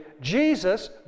Jesus